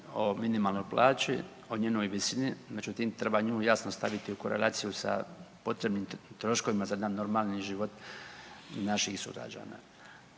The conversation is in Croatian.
o minimalnoj plaći, o njenoj visini, međutim treba nju jasno staviti u korelaciju sa potrebnim troškovima za jedan normalni život naših sugrađana.